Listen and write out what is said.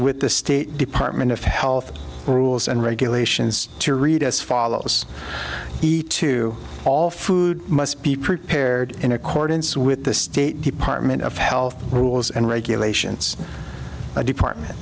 with the state department of health rules and regulations to read as follows the to all food must be prepared in accordance with the state department of health rules and regulations a department